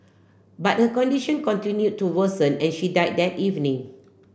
but her condition continue to worsen and she died that evening